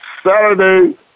Saturday